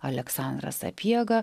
aleksandras sapiega